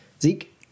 Zeke